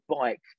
bike